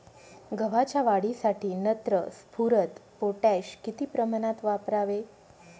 गव्हाच्या वाढीसाठी नत्र, स्फुरद, पोटॅश किती प्रमाणात वापरावे?